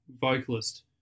vocalist